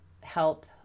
help